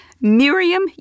Miriam